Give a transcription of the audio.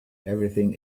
everything